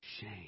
shame